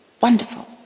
wonderful